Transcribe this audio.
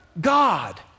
God